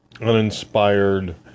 uninspired